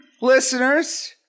listeners